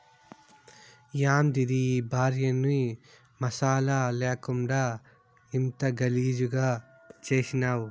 యాందిది ఈ భార్యని మసాలా లేకుండా ఇంత గలీజుగా చేసినావ్